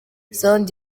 sound